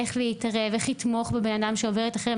איך להתערב ולתמוך באדם שעובר את החרם.